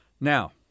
Now